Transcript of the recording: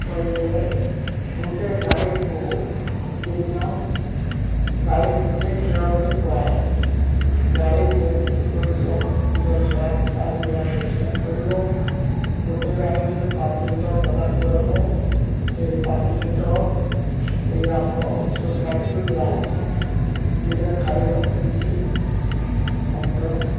କହିଲେ ଗୋଟେ ଗାଈକୁ ବିିନିୟମ ଗାଈ ମୁଖ୍ୟ କ୍ଷୀର ବୋଲି କୁହାହଏ ଗାଈ ଯେମିତି ପରିଶ୍ରମ ନିଜ ଛୁଆକୁ ଭଳିଆ ପରିଶ୍ରମ କରିବ ଗୋଟେ ଗାଈ ଯଦି ପାଞ୍ଚ ଲିଟର ଦେବାକୁ ହବ ସେଇ ପାଞ୍ଚ ଲିଟର ଏଇ ଆମବ ସୋସାଇଟିକୁ ଦିଆହେଉଛି ନିଜେ ଖାଇବ କିଛି ମଧ୍ୟ